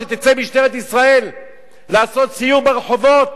כשתצא משטרת ישראל לעשות סיור ברחובות,